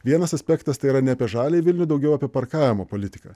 vienas aspektas tai yra ne apie žaliąjį vilniuje daugiau apie parkavimo politiką